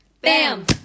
BAM